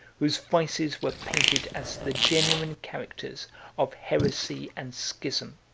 whose vices were painted as the genuine characters of heresy and schism.